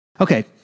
Okay